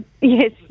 yes